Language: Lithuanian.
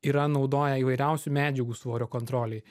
yra naudoję įvairiausių medžiagų svorio kontrolei